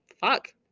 fuck